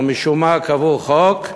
אבל משום מה קבעו חוק,